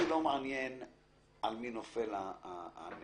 אותי לא מעניין על מי נופל הנטל.